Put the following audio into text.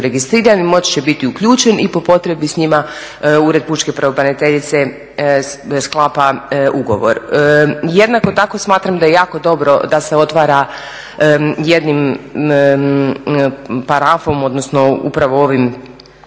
će biti uključen i po potrebi s njima Ured pučke pravobraniteljice sklapa ugovor. Jednako tako smatram da je jako dobro da se otvara jednim parafom, odnosno upravo ovim